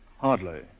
Hardly